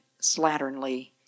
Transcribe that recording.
slatternly